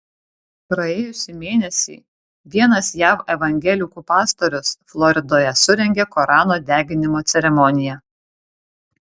praėjusį mėnesį vienas jav evangelikų pastorius floridoje surengė korano deginimo ceremoniją